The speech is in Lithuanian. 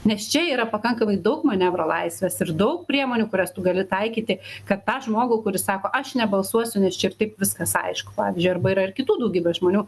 nes čia yra pakankamai daug manevro laisvės ir daug priemonių kurias tu gali taikyti kad tą žmogų kuris sako aš nebalsuosiu nes čia ir taip viskas aišku pavyzdžiui arba yra ir kitų daugybė žmonių